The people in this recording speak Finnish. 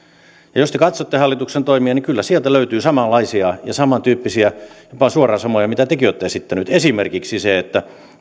jos te katsotte hallituksen toimia niin kyllä sieltä löytyy samanlaisia ja samantyyppisiä toimia jopa suoraan samoja mitä tekin olette esittäneet esimerkiksi se että